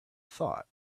thought